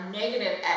negative